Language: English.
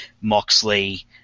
Moxley –